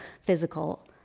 physical